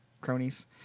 cronies